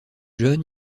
john